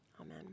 Amen